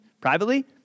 privately